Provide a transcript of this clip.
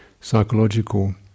psychological